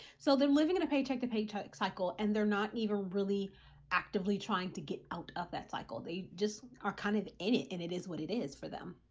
so then living in a paycheck to paycheck cycle and they're not even really actively trying to get out of that cycle. they just are kind of in it and it is what it is for them.